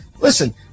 listen